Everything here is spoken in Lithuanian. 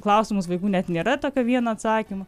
klausimus vaikų net nėra tokio vien atsakymo